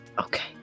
Okay